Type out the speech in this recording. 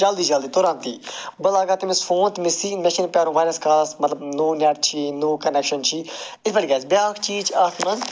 جلدی جلدی تُرنٛتے بہٕ لگاو تٔمِس فون تٔمِس یِیہِ مےٚ چھُ نہٕ پرٛارُن واریاہَس کالَس مَطلَب نوٚو نیٚٹ چھُ یی نوٚو کَنیٚکشَن چھُ یی یِتھٕ پٲٹھۍ گَژھِ بیٛاکھ چیٖز چھِ اَتھ مَنٛز